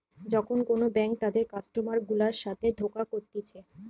যখন কোন ব্যাঙ্ক তাদের কাস্টমার গুলার সাথে ধোকা করতিছে